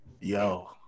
Yo